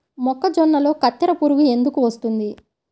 మొక్కజొన్నలో కత్తెర పురుగు ఎందుకు వస్తుంది?